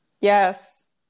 Yes